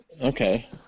Okay